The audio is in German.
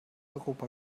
europa